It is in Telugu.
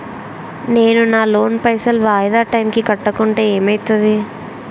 నేను నా లోన్ పైసల్ వాయిదా టైం కి కట్టకుంటే ఏమైతది?